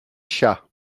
chat